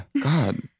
god